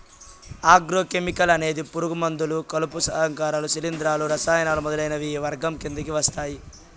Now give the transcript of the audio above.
agro chemical అనేది పురుగు మందులు, కలుపు సంహారకాలు, శిలీంధ్రాలు, రసాయనాలు మొదలైనవి ఈ వర్గం కిందకి వస్తాయి